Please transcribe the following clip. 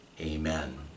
Amen